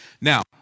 Now